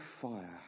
fire